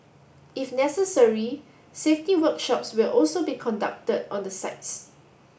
if necessary safety workshops will also be conducted on the sites